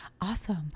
awesome